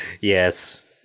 yes